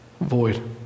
void